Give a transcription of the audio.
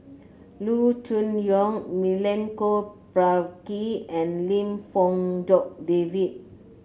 Loo Choon Yong Milenko Prvacki and Lim Fong Jock David